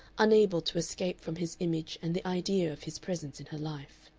unable to escape from his image and the idea of his presence in her life.